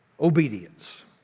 obedience